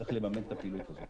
צריך לממן את הפעילות הזאת